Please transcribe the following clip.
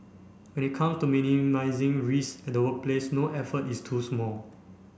when it comes to minimising risk at the workplace no effort is too small